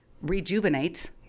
Rejuvenate